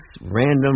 random